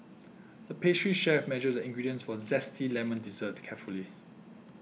the pastry chef measured the ingredients for a Zesty Lemon Dessert carefully